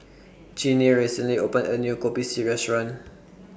Jeannie recently opened A New Kopi C Restaurant